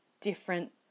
different